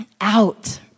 out